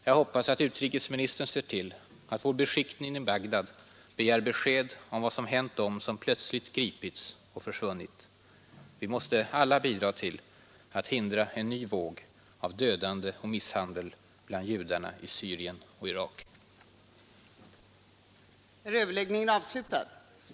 Jag hoppas att utrikesministern ser till att vår beskickning i Bagdad begär besked om vad som hänt dem som plötsligt gripits och försvunnit. Vi måste alla bidra till att hindra en ny våg av dödande och misshandel bland judarna i Syrien och Irak.